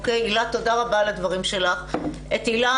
תודה רבה על הדברים שלך הילה.